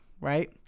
right